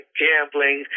gambling